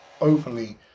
openly